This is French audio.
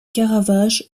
caravage